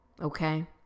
Okay